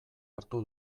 hartu